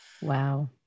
Wow